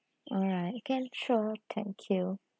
alright can sure thank you